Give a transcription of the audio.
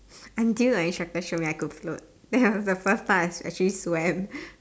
until my instructor show my I could float that was the first time I actually swam